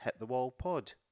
hitthewallpod